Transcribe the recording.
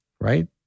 Right